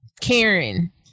karen